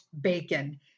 bacon